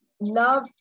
love